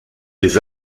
des